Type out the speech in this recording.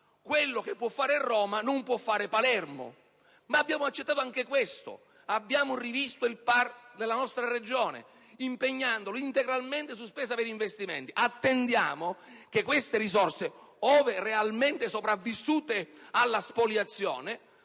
Ciò che può fare Roma non può fare a Palermo, ma abbiamo accettato anche questo. Abbiamo rivisto il PAR della nostra Regione impegnandolo integralmente per spese in investimenti. Si attende che quelle risorse, ove realmente sopravvissute alla spoliazione,